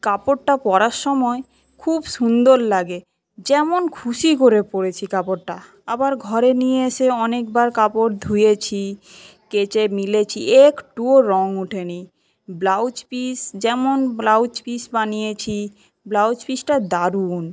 কাপড়টা পরার সময় খবু সুন্দর লাগে যেমন খুশি করে পরেছি কাপড়টা আবার ঘরে নিয়ে এসে অনেকবার কাপড় ধুয়েছি কেচে মিলেছি একটুও রং ওঠেনি ব্লাউজ পিস যেমন ব্লাউজ পিস বানিয়েছি ব্লাউজ পিসটা দারুন